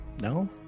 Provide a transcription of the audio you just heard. no